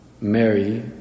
Mary